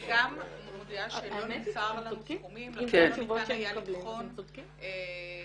אני גם מודיעה שלא נמסרו לנו סכומים שלפיהם ניתן היה לבחון מה